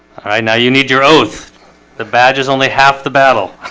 right, now you need your oath the badge is only half the battle